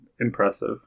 impressive